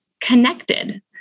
connected